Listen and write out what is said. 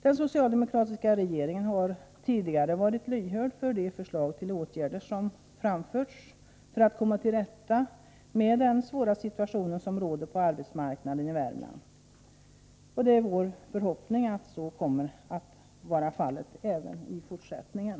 Den socialdemokratiska regeringen har tidigare varit lyhörd för de förslag till åtgärder som framförts för att man skall komma till rätta med den svåra situation som råder på arbetsmarknaden i Värmland. Det är vår förhoppning att regeringen kommer att vara det även i fortsättningen.